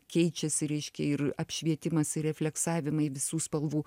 keičiasi reiškia ir apšvietimas ir refleksavimai visų spalvų